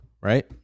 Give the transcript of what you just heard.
Right